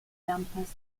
fernpass